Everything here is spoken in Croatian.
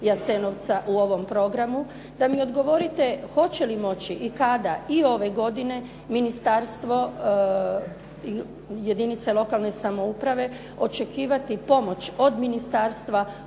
Jasenovca u ovom programu da mi odgovorite hoće li moći i kada i ove godine ministarstvo, jedinice lokalne samouprave očekivati pomoć od ministarstva